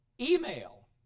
Email